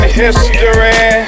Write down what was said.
history